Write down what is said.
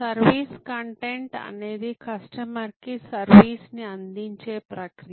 service content అనేది customer కి service ని అందించే ప్రక్రియ